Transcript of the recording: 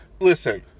Listen